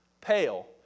pale